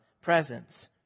presence